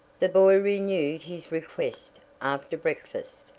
the boy renewed his request after breakfast,